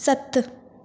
सत